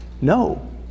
No